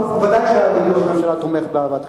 אבל ודאי שאדוני ראש הממשלה תומך באהבת חינם.